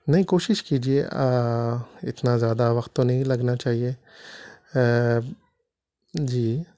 نہیں کوشش کیجیے اتنا زیادہ وقت تو نہیں لگنا چاہیے جی